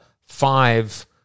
five